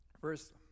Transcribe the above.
First